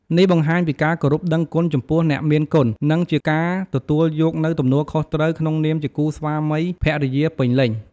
នេះបង្ហាញពីការគោរពដឹងគុណចំពោះអ្នកមានគុណ និងជាការទទួលយកនូវទំនួលខុសត្រូវក្នុងនាមជាគូស្វាមីភរិយាពេញលេញ។